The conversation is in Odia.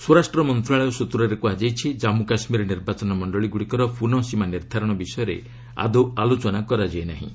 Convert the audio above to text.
ସ୍ୱରାଷ୍ଟ୍ର ମନ୍ତ୍ରଣାଳୟ ସୂତ୍ରରେ କୁହାଯାଇଛି ଜନ୍ମୁ କାଶ୍ମୀର ନିର୍ବାଚନ ମଣ୍ଡଳୀଗୁଡ଼ିକର ପୁନଃ ସୀମା ନିର୍ଦ୍ଧାରଣ ବିଷୟରେ ଆଦୌ ଆଲୋଚନା କରାଯାଇ ନାହିଁ